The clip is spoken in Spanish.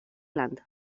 land